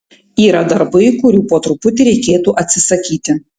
yra darbai kurių po truputį reikėtų atsisakyti